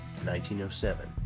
1907